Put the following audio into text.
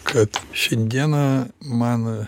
kad šiandieną man